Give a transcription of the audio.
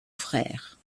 frère